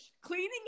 cleaning